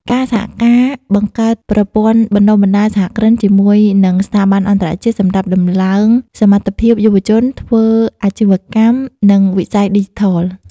ការសហការបង្កើតប្រព័ន្ធបណ្តុះបណ្តាលសហគ្រិនជាមួយនិងស្ថាប័នអន្តរជាតិ សម្រាប់តម្លើងសមត្ថភាពយុវជន ធ្វើអាជីវកម្ម និងវិស័យឌីជីថល។